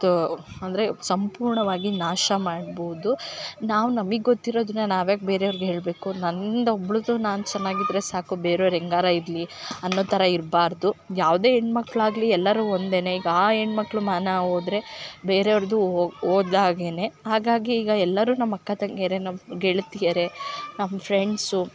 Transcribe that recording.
ತ ಅಂದರೆ ಸಂಪೂರ್ಣವಾಗಿ ನಾಶ ಮಾಡ್ಬೋದು ನಾವು ನಮಗೆಗೊತ್ತಿರೊದ್ನ ನಾವ್ಯಾಕೆ ಬೆರೆಯವರಿಗ್ ಹೇಳಬೇಕು ನಂದು ಒಬ್ಳುದು ನಾನು ಚೆನ್ನಾಗ್ ಇದ್ರೆ ಸಾಕು ಬೇರೆಯವ್ರ್ ಹೆಂಗಾರೆ ಇರಲಿ ಅನ್ನೋತರ ಇರಬಾರ್ದು ಯಾವುದೇ ಹೆಣ್ಮಕ್ಳು ಆಗಲಿ ಎಲ್ಲರು ಒಂದೇ ಈಗ ಆ ಹೆಣ್ಮಕ್ಳ್ ಮಾನ ಹೋದ್ರೆ ಬೇರೆಯವ್ರುದ್ದು ಹೋಗ್ ಹೋದಾಗೇನೆ ಹಾಗಾಗಿ ಈಗ ಎಲ್ಲರು ನಮ್ಮ ಅಕ್ಕತಂಗಿಯರೆ ನಮ್ಮ ಗೆಳತಿಯರೇ ನಮ್ಮ ಫ್ರೆಂಡ್ಸು